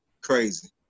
crazy